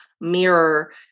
mirror